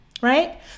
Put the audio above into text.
right